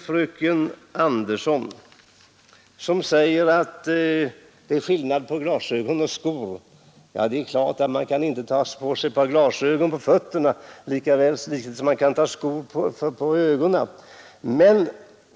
Fröken Andersson i Stockholm säger att det är skillnad på glasögon och skor. Ja det är klart att man inte kan ta på ett par glasögon på fötterna, lika litet som man kan ta skor framför ögonen.